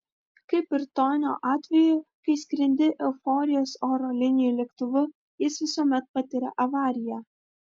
kaip ir tonio atveju kai skrendi euforijos oro linijų lėktuvu jis visuomet patiria avariją